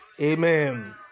Amen